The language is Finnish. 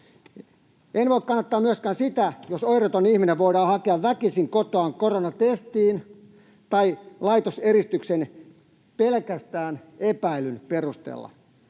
En voi kannattaa myöskään sitä, että oireeton ihminen voidaan hakea väkisin kotoaan koronatestiin tai laitoseristykseen pelkästään epäilyn perusteella.